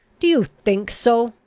do you think so?